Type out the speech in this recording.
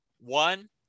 one